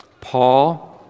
Paul